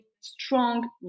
strong